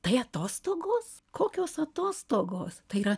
tai atostogos kokios atostogos tai yra